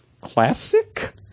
classic